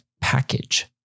package